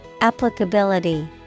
Applicability